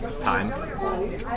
time